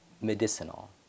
medicinal